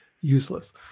useless